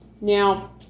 Now